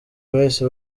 bahise